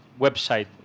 website